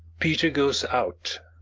peter goes out.